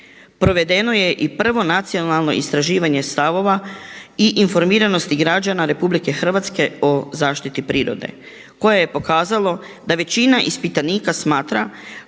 Provedeno je i prvo nacionalno istraživanje stavova i informiranosti građana Republike Hrvatske o zaštiti prirode koje je pokazalo da većina ispitanika smatra